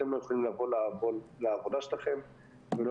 אתם לא יכולים לבוא לעבודה שלכם ולא